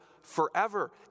forever